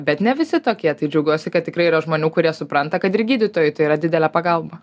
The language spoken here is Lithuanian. bet ne visi tokie tai džiaugiuosi kad tikrai yra žmonių kurie supranta kad ir gydytojui tai yra didelė pagalba